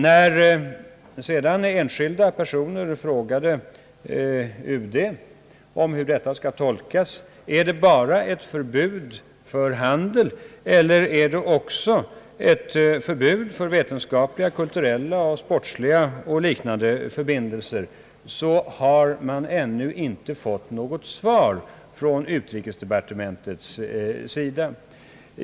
När sedan enskilda personer frågade UD hur detta skulle tolkas — om det bara var ett förbud mot handeln eller också ett förbud mot vetenskapliga, kulturella och sportsliga förbindelser — så har man ännu inte fått något svar från UD.